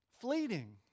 fleeting